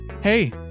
Hey